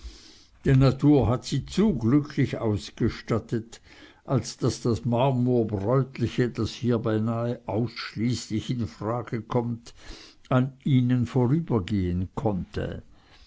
die natur hat sie zu glücklich ausgestattet als daß das marmorbräutliche das hier beinahe ausschließlich in frage kommt an ihnen vorübergehen konnte